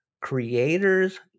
Creators